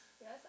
yes